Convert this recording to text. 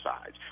sides